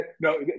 no